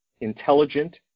intelligent